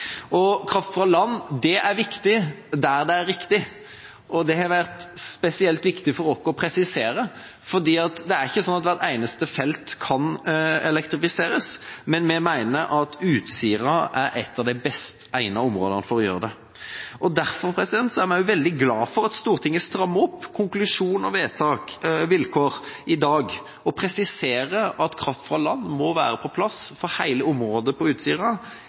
klimagassutslipp. Kraft fra land er viktig der det er riktig, det har vært spesielt viktig for oss å presisere. For det er ikke sånn at hvert eneste felt kan elektrifiseres, men vi mener at Utsira er et av de best egnede områdene for det. Derfor er vi også veldig glade for at Stortinget strammer opp konklusjon, vedtak og vilkår i dag, og presiserer at kraft fra land må være på plass for hele området på Utsira